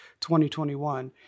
2021